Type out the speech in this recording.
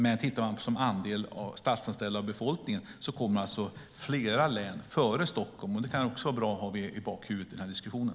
Men tittar man på andel statsanställda av befolkningen kommer flera län före Stockholm. Det kan också vara bra att ha med i bakhuvudet i diskussionen.